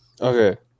Okay